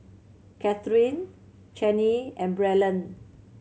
Katherine Channie and Braylen